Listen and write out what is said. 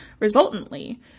Resultantly